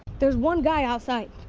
there's one guy outside.